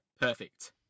perfect